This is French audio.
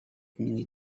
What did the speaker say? gminy